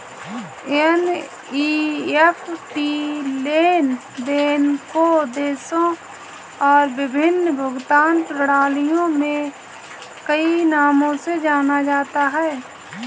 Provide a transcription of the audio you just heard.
NEFT लेन देन को देशों और विभिन्न भुगतान प्रणालियों में कई नामों से जाना जाता है